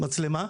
מצלמה,